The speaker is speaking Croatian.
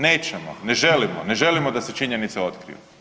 Nećemo, ne želimo, ne želimo da se činjenici otkriju.